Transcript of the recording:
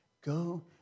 Go